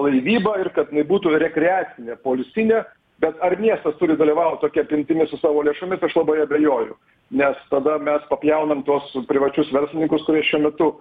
laivyba ir kad jinai būtų rekreacinė poilsinė bet ar miestas turi dalyvaut tokia apimtimi su savo lėšomis aš labai abejoju nes tada mes papjaunam tuos privačius verslininkus kurie šiuo metu